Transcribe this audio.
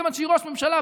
כיוון שהוא ראש ממשלה.